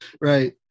Right